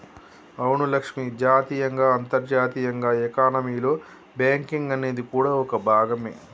అవును లక్ష్మి జాతీయంగా అంతర్జాతీయంగా ఎకానమీలో బేంకింగ్ అనేది కూడా ఓ భాగమే